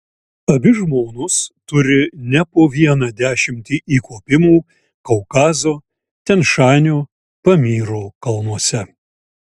abi žmonos turi ne po vieną dešimtį įkopimų kaukazo tian šanio pamyro kalnuose